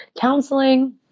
counseling